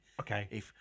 Okay